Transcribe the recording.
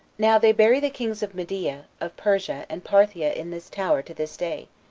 now they bury the kings of media, of persia, and parthia in this tower to this day,